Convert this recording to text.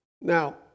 Now